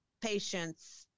patients